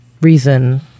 reason